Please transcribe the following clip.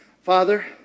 Father